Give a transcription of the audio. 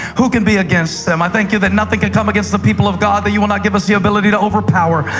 who can be against them? i thank you that nothing can come against the people of god that you will not give us the ability to overpower.